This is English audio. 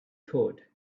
could